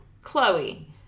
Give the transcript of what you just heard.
Chloe